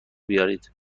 بیاورید